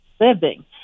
living